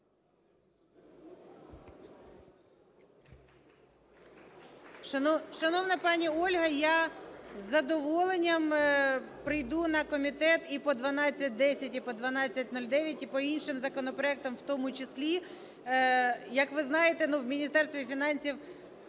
Шановна пані Ольго, я із задоволенням прийду на комітет і по 1210, і по 1209, і по іншим законопроектам в тому числі. Як ви знаєте, ну, в Міністерстві фінансів